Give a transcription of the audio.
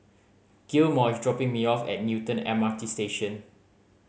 Gilmore is dropping me off at Newton M R T Station